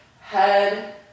head